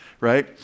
right